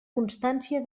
constància